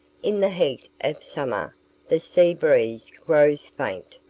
in the heat of summer the sea-breeze grows faint,